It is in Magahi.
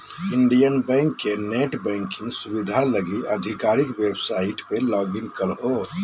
इंडियन बैंक के नेट बैंकिंग सुविधा लगी आधिकारिक वेबसाइट पर लॉगिन करहो